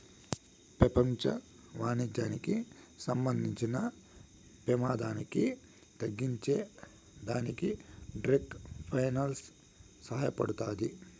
పెపంచ వాణిజ్యానికి సంబంధించిన పెమాదాన్ని తగ్గించే దానికి ట్రేడ్ ఫైనాన్స్ సహాయపడతాది